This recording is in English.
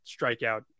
strikeout